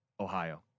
Ohio